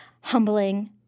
humbling